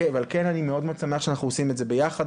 ועל כן אני מאוד שמח שאנחנו עושים את זה יחד,